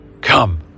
Come